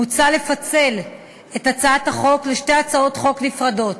מוצע לפצל את הצעת החוק לשתי הצעות חוק נפרדות,